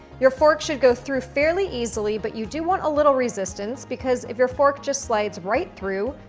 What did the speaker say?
your fork should go through fairly easily, but you do want a little resistance, because if your fork just slides right through,